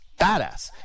badass